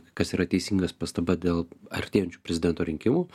kas yra teisingas pastaba dėl artėjančių prezidento rinkimų